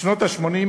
בשנות ה-80,